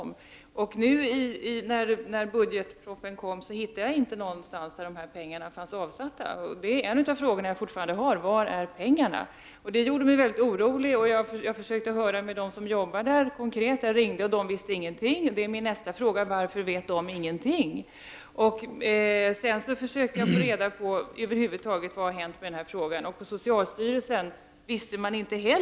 I årets budgetproposition kunde jag inte finna att dessa pengar var avsatta någonstans. Jag undrar därför: Var är pengarna? Detta gjorde mig orolig, och jag försökte höra med dem som jobbar på socialbyrån i Köpenhamn med detta. När jag ringde, visste de ingenting. Då är min nästa fråga: Varför vet de ingenting? Jag forskade vidare i den här frågan och inte heller på socialstyrelsen visste man någonting.